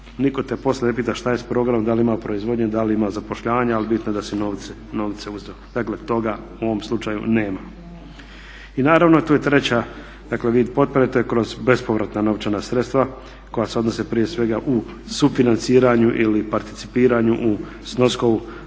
nitko te poslije ne pita šta je s programom da li ima proizvodnje, da li ima zapošljavanja, ali bitno je da se novce uzelo. Dakle toga u ovom slučaju nema. I naravno tu je treći vid potpore to je kroz bespovratna novčana sredstva koja se odnose prije svega u sufinanciranju ili participiranju u snošenju